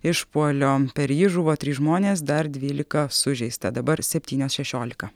išpuolio per jį žuvo trys žmonės dar dvylika sužeista dabar septynios šešiolika